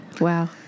wow